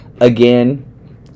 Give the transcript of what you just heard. again